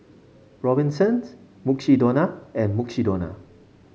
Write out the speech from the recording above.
Robinsons Mukshidonna and Mukshidonna